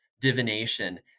divination